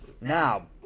now